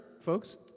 folks